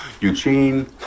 eugene